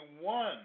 one